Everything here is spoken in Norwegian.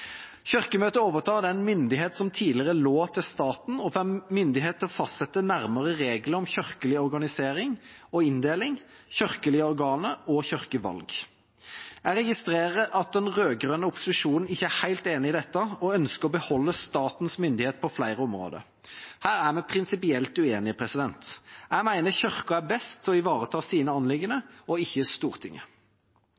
Kirkemøtet overtar den myndighet som tidligere lå til staten, og får myndighet til å fastsette nærmere regler om kirkelig organisering og inndeling, kirkelige organer og kirkevalg. Jeg registrerer at den rød-grønne opposisjonen ikke er helt enig i dette og ønsker å beholde statens myndighet på flere områder. Her er vi prinsipielt uenige. Jeg mener Kirken er best til å ivareta sine